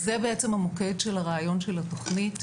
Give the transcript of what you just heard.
זה בעצם המוקד של הרעיון של התוכנית.